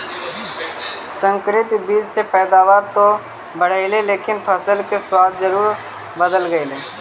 संकरित बीज से पैदावार तो बढ़लई लेकिन फसल के स्वाद जरूर बदल गेलइ